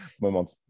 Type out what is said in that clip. moment